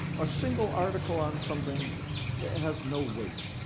a single article on something has no weight.